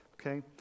Okay